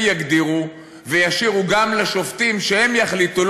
יגדירו וישאירו גם לשופטים שהם יחליטו,